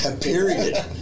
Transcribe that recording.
Period